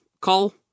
call